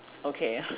okay ya